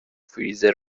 فریزر